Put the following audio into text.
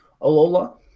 Alola